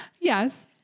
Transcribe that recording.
yes